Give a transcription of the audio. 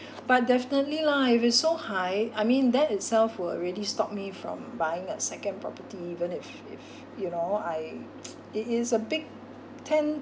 but definitely lah if it's so high I mean that itself will already stop me from buying a second property even if if you know I it is a big ten